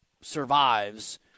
survives –